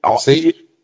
See